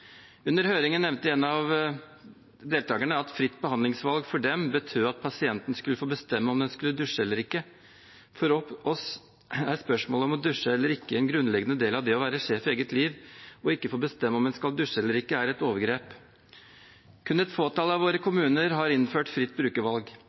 Under høringen nevnte en av deltakerne at fritt behandlingsvalg for dem betød at pasienten skulle få bestemme om hun skulle dusje eller ikke. For oss er spørsmålet om å dusje eller ikke en grunnleggende del av det å være sjef i eget liv – å ikke få bestemme om man skal dusje eller ikke, er et overgrep. Kun et fåtall av våre